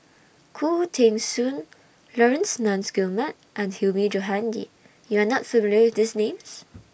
Khoo Teng Soon Laurence Nunns Guillemard and Hilmi Johandi YOU Are not familiar with These Names